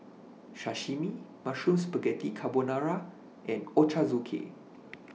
Sashimi Mushroom Spaghetti Carbonara and Ochazuke